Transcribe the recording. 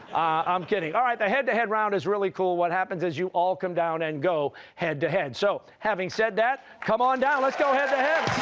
i'm kidding. all right, the head-to-head round is really cool. what happens is you all come down and go head-to-head. so, having said that, come on down, let's go head-to-head.